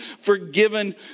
forgiven